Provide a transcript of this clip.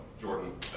Jordan